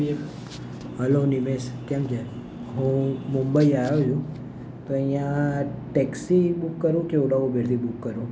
હાલો નિમેશ કેમ છે હું મુંબઈ આવ્યો છું તો અહીંયા ટેક્સી બુક કરું કે ઓલા ઉબેરથી બુક કરું